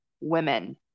women